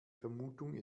vermutung